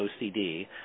OCD